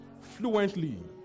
fluently